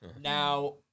Now